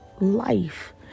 life